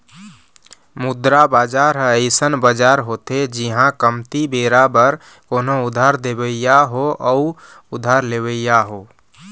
मुद्रा बजार ह अइसन बजार होथे जिहाँ कमती बेरा बर कोनो उधार देवइया हो अउ उधार लेवइया हो